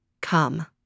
come